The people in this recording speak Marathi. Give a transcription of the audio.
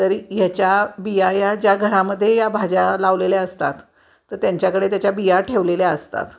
तरी ह्याच्या बिया या ज्या घरामध्ये या भाज्या लावलेल्या असतात तर त्यांच्याकडे त्याच्या बिया ठेवलेल्या असतात